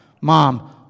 Mom